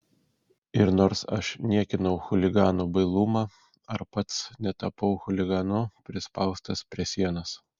ir nors aš niekinau chuliganų bailumą ar pats netapau chuliganu prispaustas prie sienos